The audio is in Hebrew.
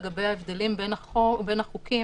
לגבי ההבדלים בין החוקים.